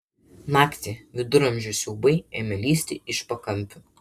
naktį viduramžių siaubai ėmė lįsti iš pakampių